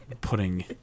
putting